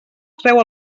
treu